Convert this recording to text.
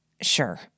Sure